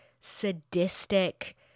sadistic